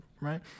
Right